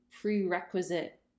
prerequisite